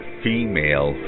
female